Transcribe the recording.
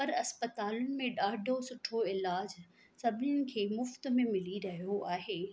पर इस्पतालुनि में ॾाढो सुठो इलाजु सभनीनि खे मुफ़्ति में मिली रहियो आहे